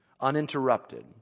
uninterrupted